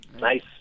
Nice